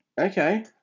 Okay